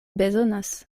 bezonas